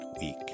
week